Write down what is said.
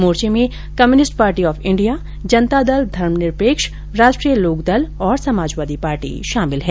मोर्चे में Communist Party of India Janata Dal धर्म निरपेक्ष राष्ट्रीय लोकदल और समाजवादी पार्टी शामिल है